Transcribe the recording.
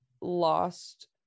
lost